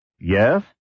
yes